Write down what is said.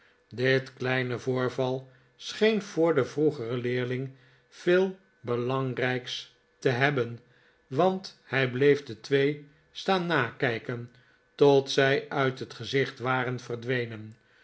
dit kleine voorval scheen voor den vroegeren leerling veel belangrijks te hebben want hij bleef de twee staan nakijken tot zij uit het gezicht waren verdwenen